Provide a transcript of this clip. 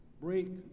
break